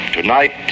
Tonight